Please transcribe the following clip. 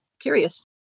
curious